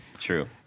True